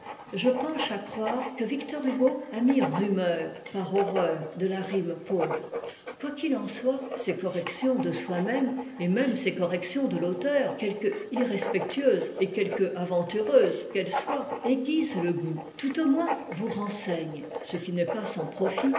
je penche à croire que victor hugo a mis rumeur par horreur de la rime pauvre quoi qu'il en soit ces corrections de soi-même et même ces corrections de l'auteur quelque irrespectueuses et quelque aventureuses qu'elles soient aiguisent le goût tout au moins vous renseignent ce qui n'est pas sans profit